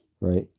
right